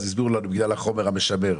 והסבירו לנו שזה בגלל החומר המשמר.